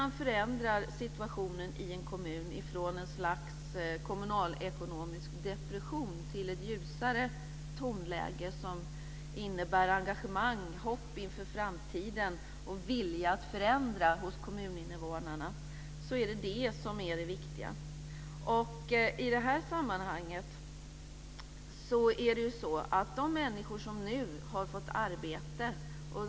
När situationen i en kommun förändras från ett slags kommunalekonomisk depression till ett ljusare tonläge, som innebär engagemang, hopp inför framtiden och vilja att förändra hos kommuninvånarna, är det det som är det viktiga. Människor har nu fått arbete.